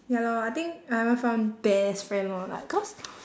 ya lor I think I haven't found best friend lor like cause